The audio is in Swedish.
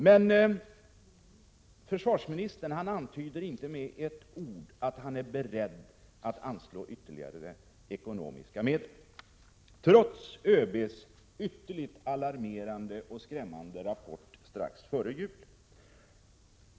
Men försvarsministern antyder inte med ett ord att han är beredd att 7 anslå ytterligare ekonomiska medel, trots ÖB:s ytterligt alarmerande och skrämmande rapport strax före jul.